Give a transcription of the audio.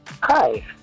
hi